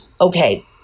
Okay